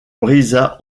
brisa